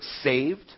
saved